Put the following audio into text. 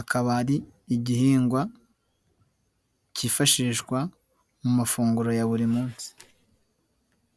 akaba ari igihingwa kifashishwa mu mafunguro ya buri munsi.